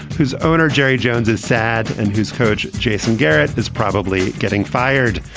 whose owner, jerry jones, is sad and whose coach, jason garrett, is probably getting fired.